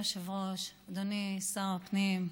אדוני היושב-ראש, אדוני שר הפנים,